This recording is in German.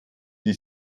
die